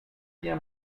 bien